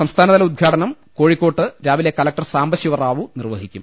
സംസ്ഥാന തല ഉദ്ഘാടനം കോഴിക്കോട്ട് രാവിലെ കളക്ടർ സാംബശിവറാവു നിർവഹിക്കും